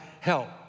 help